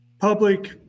public